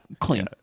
clean